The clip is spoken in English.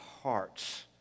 Hearts